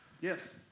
Yes